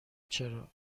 چرا